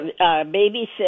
babysit